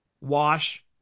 wash